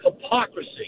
hypocrisy